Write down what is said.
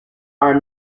are